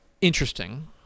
interesting